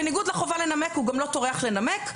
בניגוד לחובה לנמק הוא גם לא טורח לנמק.